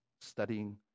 studying